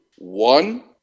One